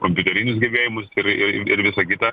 kompiuterinius gebėjimus ir ir visą kitą